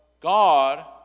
God